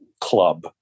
Club